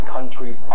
Countries